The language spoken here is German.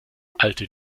alte